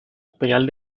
imperial